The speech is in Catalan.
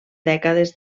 dècades